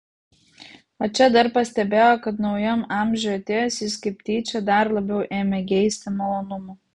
o čia dar pastebėjo kad naujam amžiui atėjus jis kaip tyčia dar labiau ėmė geisti malonumų